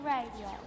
Radio